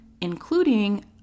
including